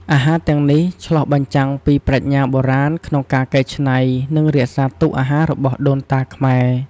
អាហារទាំងនេះឆ្លុះបញ្ចាំងពីប្រាជ្ញាបុរាណក្នុងការកែច្នៃ និងរក្សាទុកអាហាររបស់ដូនតាខ្មែរ។